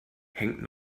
hängt